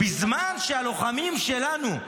בזמן שהלוחמים שלנו,